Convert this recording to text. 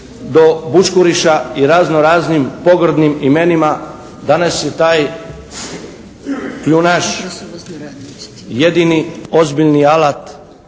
do bučkuriša i razno raznim pogrdnim imenima. Danas je taj kljunaš jedini ozbiljni alat